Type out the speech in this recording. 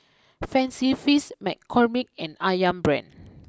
Fancy Feast McCormick and Ayam Brand